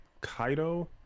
kaido